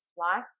right